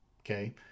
Okay